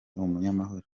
umunyamahoro